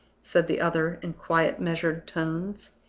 said the other, in quiet, measured tones.